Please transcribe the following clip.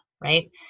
right